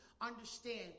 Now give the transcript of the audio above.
understand